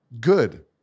good